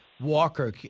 Walker